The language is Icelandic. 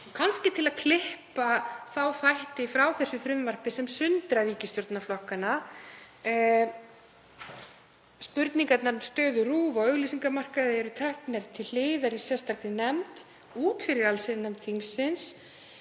kannski til að klippa þá þætti úr frumvarpinu sem sundra ríkisstjórnarflokkunum. Spurningarnar um stöðu RÚV á auglýsingamarkaði eru teknir til hliðar í sérstakri nefnd, út fyrir allsherjarnefnd þingsins,